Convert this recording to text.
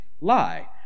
lie